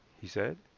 he said.